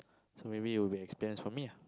so maybe it will be experience for me ah